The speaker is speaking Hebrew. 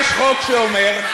יש חוק שאומר,